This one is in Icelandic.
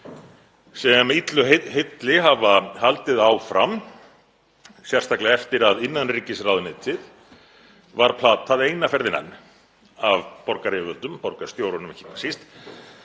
sem illu heilli hafa haldið áfram, sérstaklega eftir að innanríkisráðuneytið var platað eina ferðina enn af borgaryfirvöldum, borgarstjóranum ekki hvað